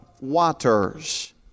waters